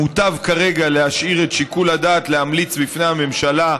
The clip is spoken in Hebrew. מוטב כרגע להשאיר את שיקול הדעת להמליץ בפני הממשלה,